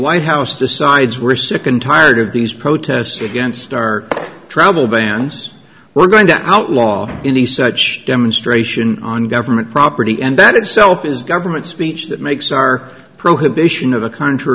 white house decides we're sick and tired of these protests against our travel bans we're going to outlaw any such demonstration on government property and that itself is government speech that makes our prohibit ssion of a contr